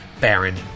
Baron